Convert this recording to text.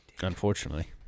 Unfortunately